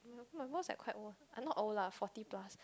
my boss like quite old one not old lah forty plus